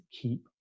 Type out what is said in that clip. keep